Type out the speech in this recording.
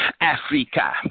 Africa